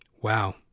Wow